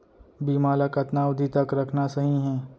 बीमा ल कतना अवधि तक रखना सही हे?